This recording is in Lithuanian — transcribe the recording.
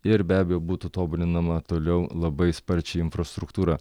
ir be abejo būtų tobulinama toliau labai sparčiai infrastruktūra